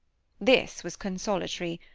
this was consolatory.